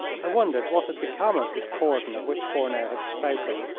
i wondered what had become of this cordon of which fourneau had spoken.